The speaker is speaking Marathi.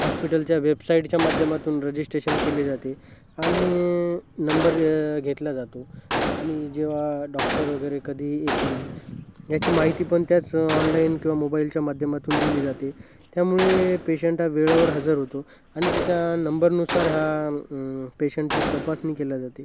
हॉस्पिटलच्या वेबसाईटच्या माध्यमातून रजिस्ट्रेशन केली जाते आणि नंबर घेतला जातो आणि जेव्हा डॉक्टर वगैरे कधी येतील याची माहिती पण त्याच ऑनलाईन किंवा मोबाईलच्या माध्यमातून दिली जाते त्यामुळे पेशंट हा वेळेवर हजर होतो आणि त्याच्या नंबरनुसार हा पेशंटची तपासणी केली जाते